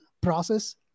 process